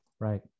Right